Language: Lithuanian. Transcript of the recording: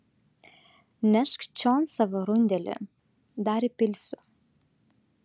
nešk čion savo rundelį dar įpilsiu